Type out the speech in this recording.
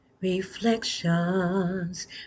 reflections